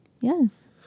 Yes